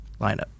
lineup